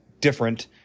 different